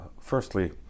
firstly